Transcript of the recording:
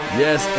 yes